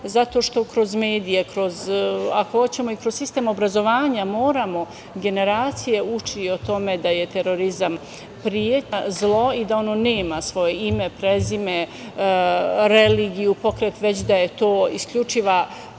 zato što kroz medije, ako hoćemo i kroz sistem obrazovanja moramo generacije učiti o tome da je terorizam pretnja, zlo i da nema svoje ime, prezime, religiju, pokret, već da je to isključiva odrednica